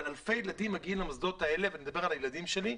אבל אלפי ילדים מגיעים למוסדות האלה ואני מדבר על הילדים שלי.